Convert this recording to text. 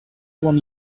one